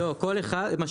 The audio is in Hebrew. כולם ביחד או חלק?